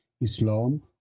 Islam